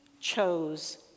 chose